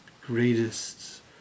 greatest